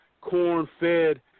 corn-fed